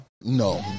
No